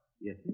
Yes